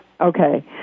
Okay